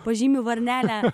pažymiu varnelę ar